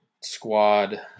squad